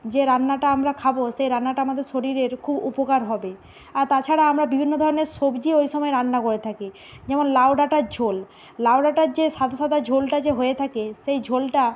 যে রান্নাটা আমরা খাব সে রান্নাটা আমাদের শরীরের খুব উপকার হবে আর তাছাড়া আমরা বিভিন্ন ধরনের সবজি ওই সময় রান্না করে থাকি যেমন লাউ ডাঁটার ঝোল লাউ ডাঁটার যে সাদা সাদা ঝোলটা যে হয়ে থাকে সেই ঝোলটা